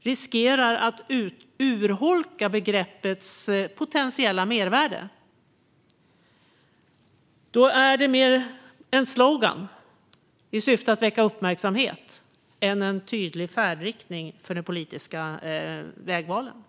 riskerar att urholka begreppets potentiella mervärde. Då är det mer en slogan i syfte att väcka uppmärksamhet än en tydlig färdriktning för de politiska vägvalen.